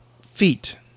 feet